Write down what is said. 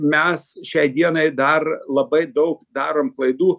mes šiai dienai dar labai daug darom klaidų